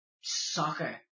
soccer